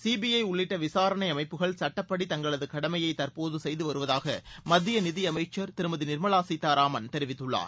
CBI உள்ளிட்ட விசாரணை அமைப்புகள் சட்டப்படி தங்களது கடமையை தற்போது செய்து வருவதாக மத்திய நிதி அமைச்சர் திருமதி நிர்மலா சீதாராமன் தெரிவித்துள்ளார்